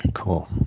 cool